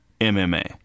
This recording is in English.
MMA